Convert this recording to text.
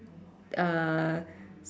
uh